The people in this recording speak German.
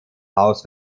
haus